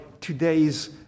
today's